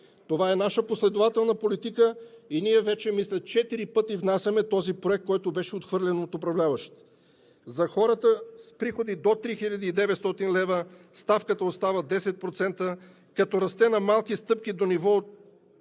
Това е наша последователна политика и мисля, че вече четири пъти внасяме този проект, който беше отхвърлен от управляващите. За хората с приходи до 3900 лв. ставката остава 10%, като расте на малки стъпки до ниво